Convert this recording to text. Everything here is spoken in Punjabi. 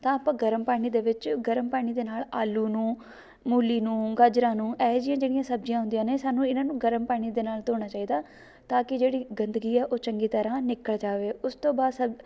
ਤਾਂ ਆਪਾਂ ਗਰਮ ਪਾਣੀ ਦੇ ਵਿੱਚ ਗਰਮ ਪਾਣੀ ਦੇ ਨਾਲ ਆਲੂ ਨੂੰ ਮੂਲੀ ਨੂੰ ਗਾਜਰਾਂ ਨੂੰ ਇਹੋ ਜਿਹੀਆਂ ਜਿਹੜੀਆਂ ਸਬਜ਼ੀਆਂ ਹੁੰਦੀਆਂ ਨੇ ਸਾਨੂੰ ਇਹਨਾਂ ਨੂੰ ਗਰਮ ਪਾਣੀ ਦੇ ਨਾਲ ਧੋਣਾ ਚਾਹੀਦਾ ਤਾਂ ਕਿ ਜਿਹੜੀ ਗੰਦਗੀ ਹੈ ਉਹ ਚੰਗੀ ਤਰ੍ਹਾਂ ਨਿਕਲ ਜਾਵੇ ਉਸ ਤੋਂ ਬਾਅਦ